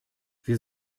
wir